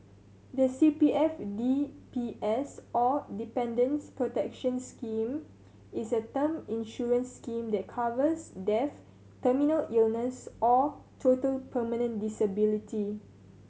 the C P F D P S or Dependants' Protection Scheme is a term insurance scheme that covers death terminal illness or total permanent disability